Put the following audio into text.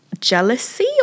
jealousy